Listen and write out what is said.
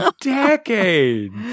decades